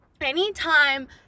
anytime